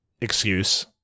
excuse